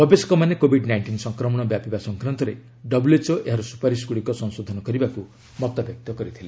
ଗବେଷକମାନେ COVID nineteen ସଂକ୍ରମଣ ବ୍ୟାପିବା ସଂକ୍ରାନ୍ତରେ ଡବ୍ଲ୍ୟଏଚ୍ଓ ଏହାର ସୁପାରିଶଗୁଡ଼ିକ ସଂଶୋଧନ କରିବାକୁ ମତବ୍ୟକ୍ତ କରିଥିଲେ